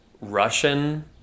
Russian